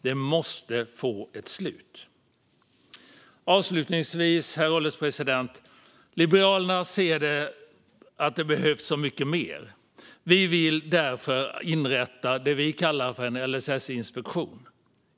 Det måste få ett slut. Avslutningsvis, herr ålderspresident, ser Liberalerna att det behövs så mycket mer. Vi vill därför inrätta det vi kallar en LSS-inspektion.